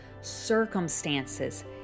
circumstances